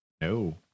No